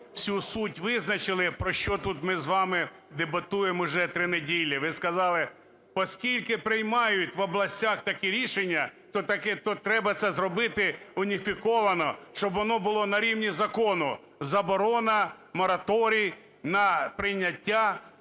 всю суть визначили, про що тут ми з вами дебатуємо вже три неділі. Ви сказали: поскільки приймають в областях такі рішення, то треба це зробити уніфіковано, щоб воно було на рівні закону, – заборона, мораторій на прийняття,